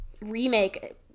remake